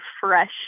fresh